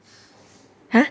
!huh!